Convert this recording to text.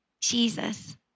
Jesus